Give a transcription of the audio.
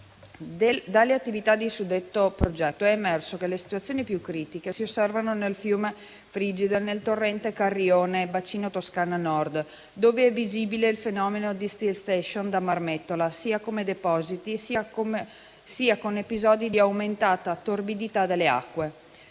Dalle attività di suddetto progetto è emerso che le situazioni più critiche si osservano nel fiume Frigido e nel torrente Carrione (bacino Toscana Nord), dove è visibile il fenomeno della copertura prima descritto, sia come depositi e sia con episodi di aumentata torbidità delle acque.